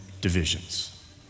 divisions